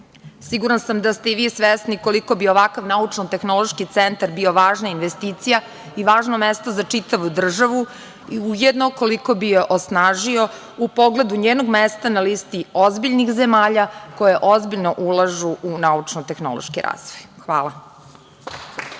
sam da i ste i vi svesni koliko bi ovakav naučno-tehnološki centar bio važna investicija i važno mesto za čitavu državu, ujedno koliko bi je osnažio u pogledu njenog mesta na listi ozbiljnih zemalja koje ozbiljno ulažu u naučno-tehnološki razvoj. Hvala.